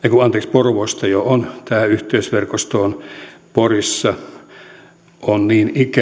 porvoosta yhteys verkostoon porissa on niin ikään rakennettu